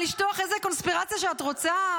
לשתול איזו קונספירציה שאת רוצה,